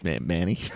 Manny